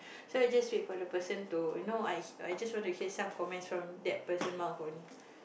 so I just wait for the person to you know I I just want to hear some comments from that person mouth only